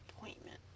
appointment